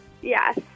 Yes